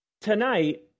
Tonight